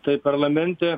tai parlamente